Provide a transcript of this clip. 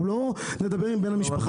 אנחנו לא נדבר עם בני משפחה.